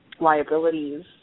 liabilities